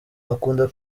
akunda